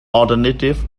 alternative